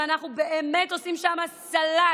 ואנחנו באמת עושים שם סלט,